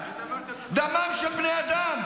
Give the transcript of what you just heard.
אין דבר כזה פלסטיני, דמם של בני אדם,